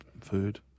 food